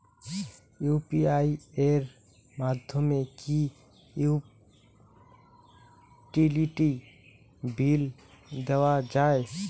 UPI এর মাধ্যমে কি ইউটিলিটি বিল দেওয়া যায়?